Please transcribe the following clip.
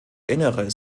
innere